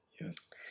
Yes